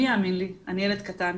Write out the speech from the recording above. מי יאמין לי, אני ילד קטן'